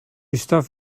stuff